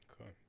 Okay